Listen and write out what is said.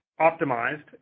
optimized